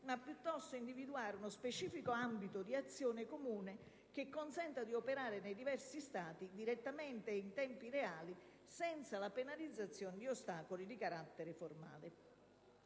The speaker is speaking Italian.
ma piuttosto individuare uno specifico ambito di azione comune che consenta di operare nei diversi Stati, direttamente e in tempi reali, senza la penalizzazione di ostacoli di carattere formale.